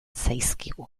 zaizkigu